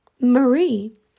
Marie